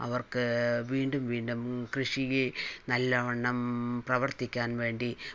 അവർക്ക് വീണ്ടും വീണ്ടും കൃഷിയിൽ നല്ലവണ്ണം പ്രവർത്തിക്കാൻ വേണ്ടി